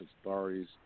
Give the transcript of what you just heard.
authorities